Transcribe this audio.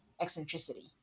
eccentricity